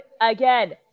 Again